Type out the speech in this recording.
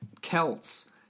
Celts